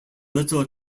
little